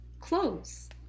clothes